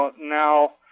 now